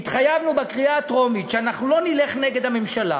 התחייבנו בקריאה הטרומית שאנחנו לא נלך נגד הממשלה,